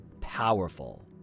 powerful